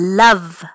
love